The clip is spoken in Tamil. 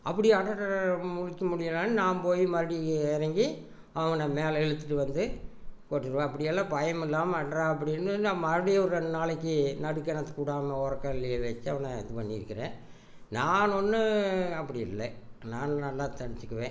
அப்படி முடிக்க முடிலனாலும் நான் போய் மறுடியும் இறங்கி அவனை மேலே இழுத்துகிட்டு வந்து போட்டுருவேன் அப்படியெல்லாம் பயம் இல்லாமல் அட்ரா அப்படின்னு நான் மறுடியும் ரெண்டு நாளைக்கு நடு கிணத்துக்கு விடாம ஒரக்கால்லயே வச்சி அவனை இது பண்ணிருக்குறேன் நான் ஒன்னு அப்படி இல்லை நான் நல்லா தனிச்சிக்குவேன்